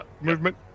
Movement